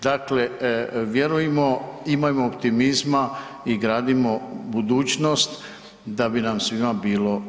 Dakle, vjerujmo, imajmo optimizma i gradimo budućnost da bi nam svima bilo